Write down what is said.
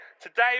today